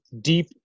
deep